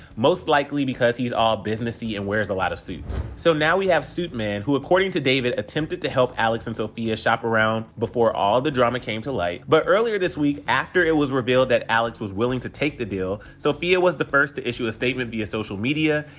most likely because he's all business-y and wears a lot of suits. so now we have suitman, who according to david, attempted to help alex and sofia shop around before all the drama came to light. but earlier this week after it was revealed that alex was willing to take the deal, sofia was the first to issue a statement via social media,